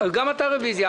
אז גם אתה מבקש רוויזיה,